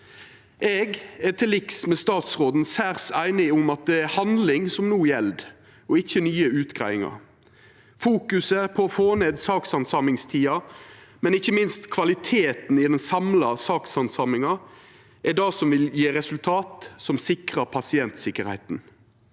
Eg er til liks med statsråden særs einig i at det er handling som gjeld no, og ikkje nye utgreiingar. Fokuset på å få ned sakshandsamingstida, men ikkje minst på kvaliteten i den samla sakshandsaminga, er det som vil gje resultat som sikrar pasientsikkerheita.